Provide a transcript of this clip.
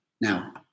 Now